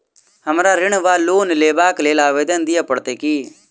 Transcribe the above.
हमरा ऋण वा लोन लेबाक लेल आवेदन दिय पड़त की?